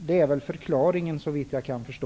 Det är förklaringen, såvitt jag kan förstå.